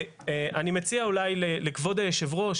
אני מציע אולי לכבוד היושב-ראש,